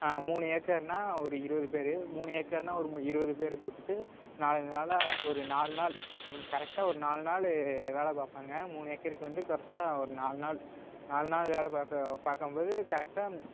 மூணு ஏக்கர்னால் ஒரு இருபது பேர் மூணு ஏக்கர்னால் ஒரு இருபது பேரை கூட்டிகிட்டு நாலஞ்சு நாளில் ஒரு நாலு நாள் ஒரு கரெக்டாக ஒரு நாலு நாள் வேலை பார்ப்பாங்க மூணு ஏக்கருக்கு வந்து கரெட்டாக ஒரு நாலு நாள் நாலு நாள் வேலைப் பார்க்க பார்க்கம்போது கரெக்டாக